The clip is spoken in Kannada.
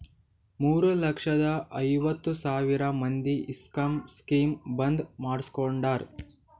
ಮೂರ ಲಕ್ಷದ ಐವತ್ ಸಾವಿರ ಮಂದಿ ಇನ್ಕಮ್ ಸ್ಕೀಮ್ ಬಂದ್ ಮಾಡುಸ್ಕೊಂಡಾರ್